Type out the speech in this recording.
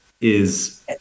is-